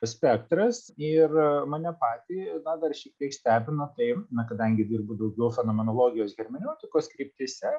spektras ir mane patį na dar šiek tiek stebina tai na kadangi dirbu daugiau fenomenologijos hermeneutikos kryptyse